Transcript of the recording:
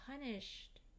punished